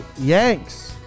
Yanks